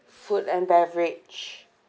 food and beverage